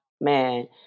Man